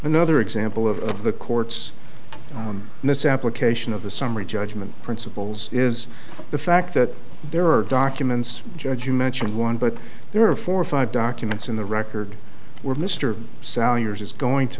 another example of the court's misapplication of the summary judgment principles is the fact that there are documents judge you mentioned one but there are four or five documents in the record where mr soule yours is going to